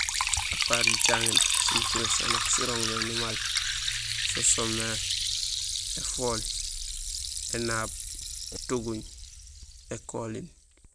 A part jicaŋéén sinukuréén sanja sirooŋ mé numaal so soomé éfool, énaab, étuguñ, ékoling.